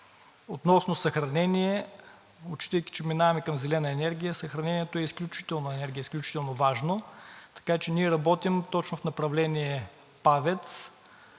Относно съхранението, отчитайки, че минаваме към зелена енергия, съхранението е изключително важно. Така че ние работим точно в направление ПАВЕЦ,